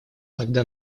тогда